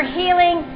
healing